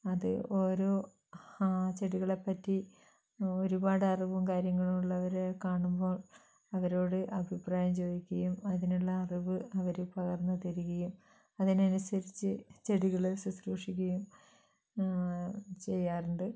അത് ഓരോ ആഹ് ചെടികളെപ്പറ്റി ഒരുപാട് അറിവും കാര്യങ്ങളും ഉള്ളവരെ കാണുമ്പോൾ അവരോട് അഭിപ്രായം ചോദിക്കുകയും അതിനുള്ള അറിവ് അവർ പകർന്നു തരികയും അതിനനുസരിച്ച് ചെടികൾ സുശ്രൂഷിക്കുകയും ചെയ്യാറുണ്ട്